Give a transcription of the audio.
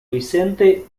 vicente